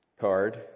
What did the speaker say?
card